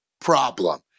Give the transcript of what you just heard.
problem